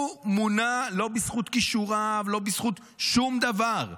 הוא מונה לא בזכות כישוריו, לא בזכות שום דבר,